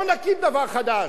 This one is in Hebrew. לא נקים דבר חדש,